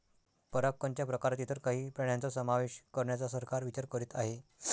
परागकणच्या प्रकारात इतर काही प्राण्यांचा समावेश करण्याचा सरकार विचार करीत आहे